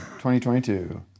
2022